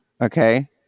Okay